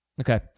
Okay